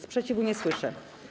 Sprzeciwu nie słyszę.